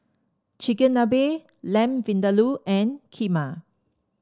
Chigenabe Lamb Vindaloo and Kheema